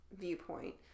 viewpoint